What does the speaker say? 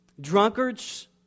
drunkards